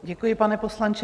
Děkuji, pane poslanče.